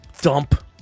dump